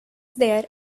there